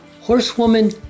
horsewoman